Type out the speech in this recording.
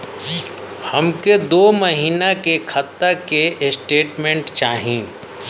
हमके दो महीना के खाता के स्टेटमेंट चाही?